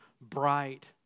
bright